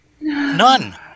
None